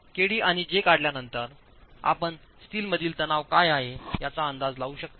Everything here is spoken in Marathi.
kd आणि j काढल्यानंतर आपण स्टीलमधील तणाव काय आहे याचा अंदाज लावू शकता